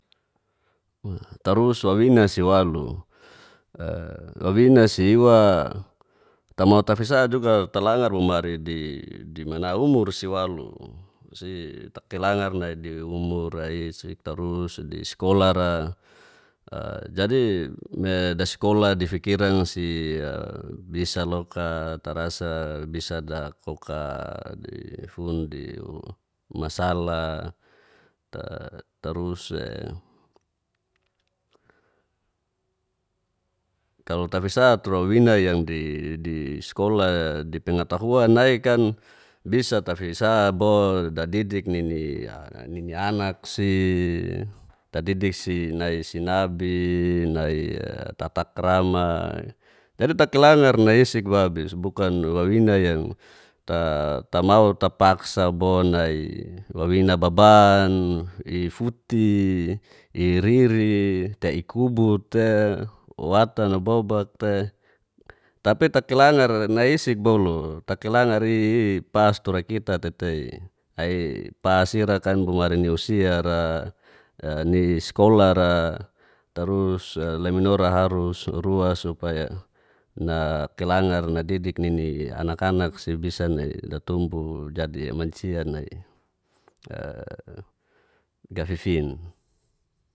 Tarus wawina si walu e wawina si iwa ta mau tafisa juga talangar bo mari di di mana umur si walu, si takilangar nai di umur i isi tarus disikola ra, a jadi me dasikola difikiran si a bisa loka tarasa bisa da koka di fun di masala ta tarus e kalo tafisa tu wawina yang di di sikola di pengetahuan naikan bisa tafisa bo dadidik nini a nini anak si, tadidik si i nai sinabi, nai tatakrama, jadi takilangar a nai isik babis bukan wawina yang ta ta mau tapaksa bo nai wawina baban, i futi, i riri, te i kubut te watan na bobak te, tapi takilangar nai isi boluk takilangar i pas tura kita te tei. a i pas irakan bo mari ni usia ra, ni sikola ra, tarus laminora harus ruas supaya na kelangar na didik nini anak anak si bisa nai da tumbu jadi mancia nai e gafifin